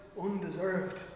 Undeserved